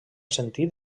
sentit